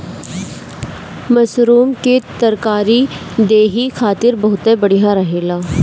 mushroom के तरकारी देहि खातिर बहुते बढ़िया रहेला